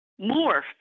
Morphed